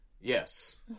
Yes